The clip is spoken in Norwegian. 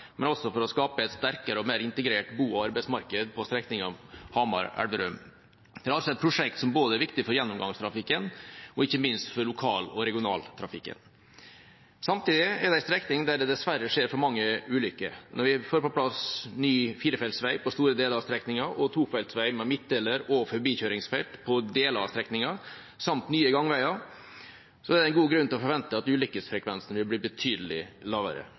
men også for å skape et sterkere og mer integrert bo- og arbeidsmarked på strekningen Hamar–Elverum. Det er altså et prosjekt som er viktig både for gjennomgangstrafikken og ikke minst for lokal- og regionaltrafikken. Samtidig er det en strekning der det dessverre skjer for mange ulykker. Når vi får på plass ny firefelts vei på store deler av strekningen, tofelts vei med midtdeler og forbikjøringsfelt på deler av strekningen samt nye gangveier, er det god grunn til å forvente at ulykkesfrekvensen vil bli betydelig lavere,